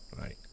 Right